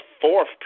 fourth